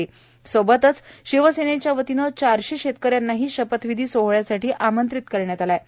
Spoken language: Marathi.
तसंच शिवसेनेच्या वतीनं चारशे शेतकऱ्यांनाही शपथ विधी सोहळ्यासाठी आमंत्रीत करण्यात आलं आहे